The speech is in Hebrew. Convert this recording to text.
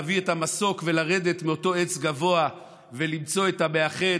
להביא את המסוק ולרדת מאותו עץ גבוה ולמצוא את המאחד,